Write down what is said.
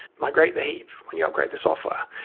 migrate the heap when you upgrade the software.